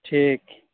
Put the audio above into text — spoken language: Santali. ᱴᱷᱤᱠ